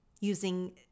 using